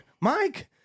Mike